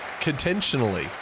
Contentionally